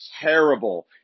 terrible